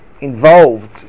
involved